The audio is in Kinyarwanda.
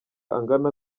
angana